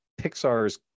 Pixar's